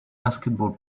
basketball